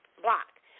block